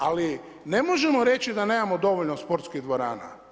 Ali ne možemo reći da nemamo dovoljno sportskih dvorana.